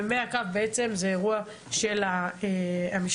ומהקו זה אירוע של המשטרה.